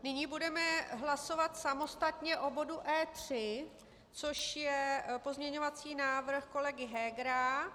Nyní budeme hlasovat samostatně o bodu E3, což je pozměňovací návrh kolegy Hegera.